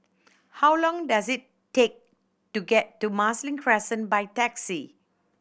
how long does it take to get to Marsiling Crescent by taxi